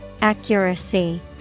Accuracy